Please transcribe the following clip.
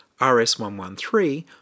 RS113